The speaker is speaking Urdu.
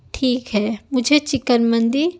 ٹھیک ہے مجھے چکن مندی